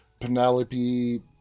Penelope